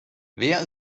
wer